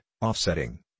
offsetting